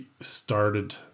started